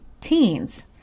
teens